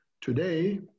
today